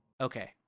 Okay